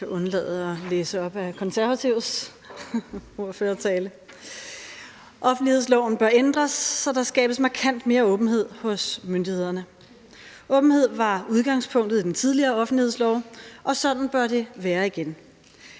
Pernille Vermund (NB): Offentlighedsloven bør ændres, så der skabes markant mere åbenhed hos myndighederne. Åbenhed var udgangspunktet i den tidligere offentlighedslov, og sådan bør det være igen.